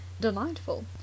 Delightful